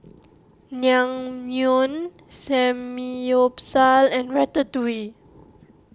Naengmyeon Samgyeopsal and Ratatouille